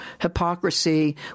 hypocrisy